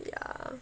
ya